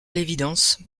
l’évidence